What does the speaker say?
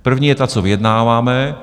První je ta, co vyjednáváme.